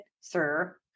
sir